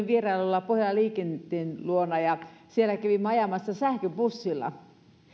vierailulta pohjolan liikenteen luona ja siellä kävimme ajamassa sähköbussilla